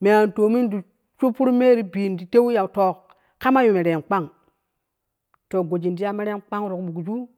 me an tomin ti shupuru min an biju in ti tewe ya ka ma yu meren kpang to goji ti ya meren kpang ti ku buleju.